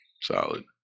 Solid